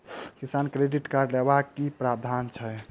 किसान credit card लेबाक की प्रावधान छै?